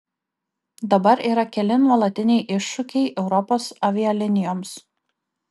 dabar yra keli nuolatiniai iššūkiai europos avialinijoms